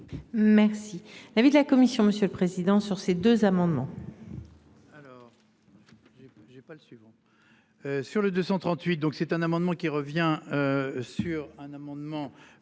Merci. L'avis de la commission, monsieur le président. Sur ces deux amendements.